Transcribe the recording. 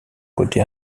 côté